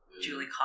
Julie